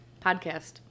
podcast